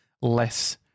less –